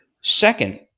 Second